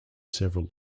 several